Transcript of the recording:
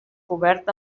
cobert